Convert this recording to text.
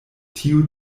tiu